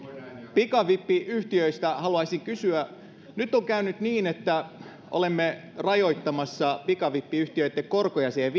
pikavippiyhtiöistä haluaisin kysyä nyt on käynyt niin että olemme rajoittamassa pikavippiyhtiöitten korkoja siihen